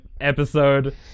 episode